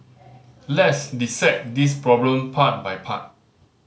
le's dissect this problem part by part